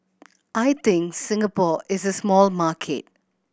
I think Singapore is a small market